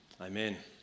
Amen